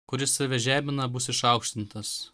kuris save žemina bus išaukštintas